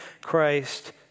Christ